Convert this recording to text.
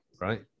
right